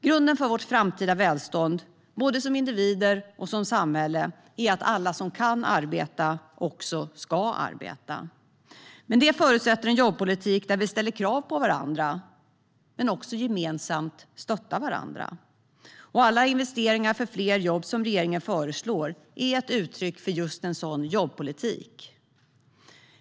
Grunden för vårt framtida välstånd, både som individer och som samhälle, är att alla som kan arbeta också ska arbeta. Det förutsätter en jobbpolitik där vi ställer krav på varandra men också gemensamt stöttar varandra. Alla investeringar för fler jobb som regeringen föreslår är ett uttryck för just en sådan jobbpolitik.